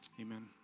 amen